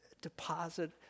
deposit